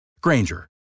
Granger